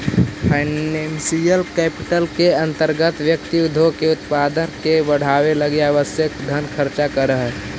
financial capital के अंतर्गत व्यक्ति उद्योग के उत्पादन के बढ़ावे लगी आवश्यक धन खर्च करऽ हई